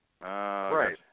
Right